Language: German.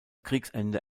kriegsende